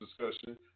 discussion